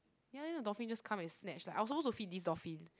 ya then the dolphin just come and snatch lah I was supposed to feed this dolphin